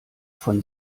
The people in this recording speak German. von